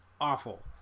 awful